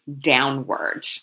downward